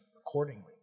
accordingly